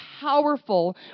powerful